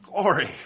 Glory